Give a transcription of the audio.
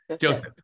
Joseph